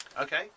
Okay